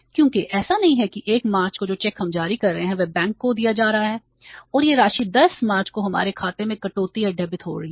क्योंकि ऐसा नहीं है कि 1 मार्च को जो चेक हम जारी कर रहे हैं वह बैंक को दिया जा रहा है और यह राशि 10 मार्च को हमारे खाते में कटौती या डेबिट हो रही है